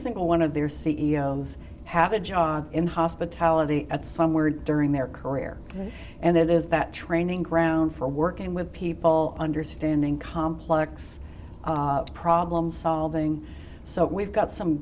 single one of their c e o s have a job in hospitality at somewhere during their career and it is that training ground for working with people understanding complex problem solving so we've got some